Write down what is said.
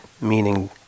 meaning